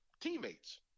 teammates